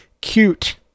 cute